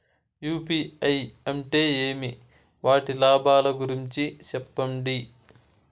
UPI అంటే ఏమి? వాటి లాభాల గురించి సెప్పండి?